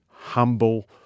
humble